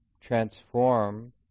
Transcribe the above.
transform